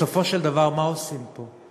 בסופו של דבר, מה עושים פה?